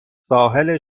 ساحل